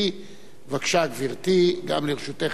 בבקשה, גברתי, גם לרשותך עשר דקות.